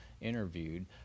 interviewed